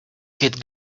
kid